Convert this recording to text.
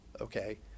okay